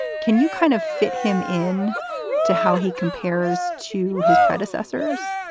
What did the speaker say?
can you kind of fit him in to how he compares to his predecessors?